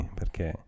perché